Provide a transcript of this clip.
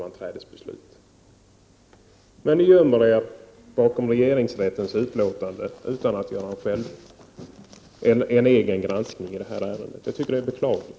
Men utskottsmajoriteten gömmer sig bakom regeringsrättens utlåtande utan att göra en egen granskning i ärendet. Detta är beklagligt.